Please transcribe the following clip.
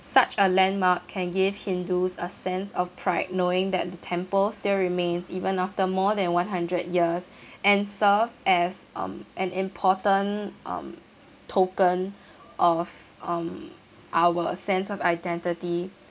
such a landmark can give hindus a sense of pride knowing that the temple still remain even after more than one hundred years and served as um an important um token of um our sense of identity